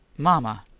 mama!